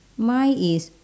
mine is